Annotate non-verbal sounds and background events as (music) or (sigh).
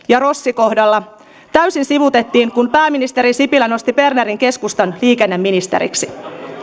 (unintelligible) ja rossi kohdalla täysin sivuutettiin kun pääministeri sipilä nosti bernerin keskustan liikenneministeriksi